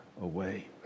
away